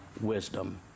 wisdom